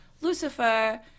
lucifer